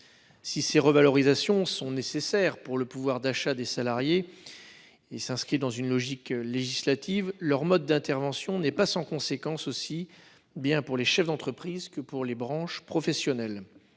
Si ces revalorisations sont nécessaires pour le pouvoir d'achat des salariés et s'inscrivent dans une logique législative, leurs modalités ne sont pas sans conséquence, aussi bien pour les chefs d'entreprise que pour les branches professionnelles.